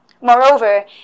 Moreover